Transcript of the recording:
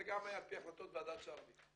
וזה גם היה על פי החלטות ועדת צ'רלי סלומון.